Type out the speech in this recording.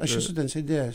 aš esu ten sėdėjęs